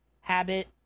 habit